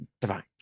divine